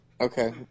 Okay